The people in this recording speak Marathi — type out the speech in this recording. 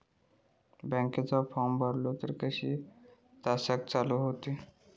बँकेचो फार्म भरलो तर किती तासाक चालू होईत?